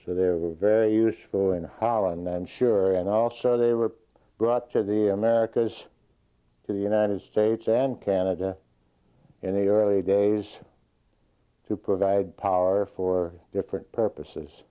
so they are very useful in holland then sure and also they were brought to the americas to the united states and canada in the early days to provide power for different purposes